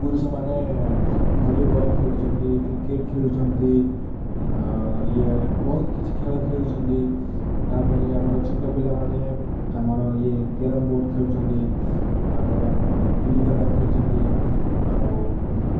ପୁରୁଷମାନେ ଭଲିବଲ୍ ଖେଳୁଛନ୍ତି କ୍ରିକେଟ୍ ଖେଳୁଛନ୍ତି ଇଏ ବହୁତ କିଛି ଖେଳ ଖେଳୁଛନ୍ତି ତା'ପରେ ଆମର ଛୋଟ ପିଲାମାନେ ଆମର ଇଏ କ୍ୟାରମ୍ ବୋର୍ଡ଼ ଖେଳୁଛନ୍ତି ତା'ପରେ ଆମର ଗିଲି ଦଣ୍ଡା ଖେଳୁଛନ୍ତି ଆଉ